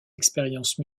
expériences